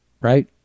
right